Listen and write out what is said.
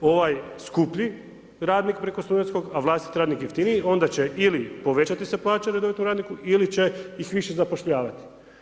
ovaj skuplji radnik preko studentskog a vlastiti radnik jeftiniji, onda će ili povećati se plaća redovitom radniku ili će ih više zapošljavati.